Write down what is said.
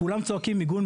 כולם צועקים "מיגון,